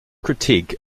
critique